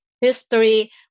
history